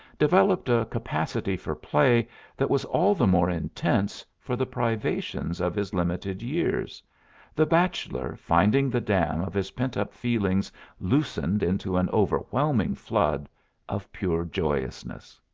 developed a capacity for play that was all the more intense for the privations of his limited years the bachelor finding the dam of his pent-up feelings loosened into an overwhelming flood of pure joyousness.